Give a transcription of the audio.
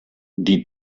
die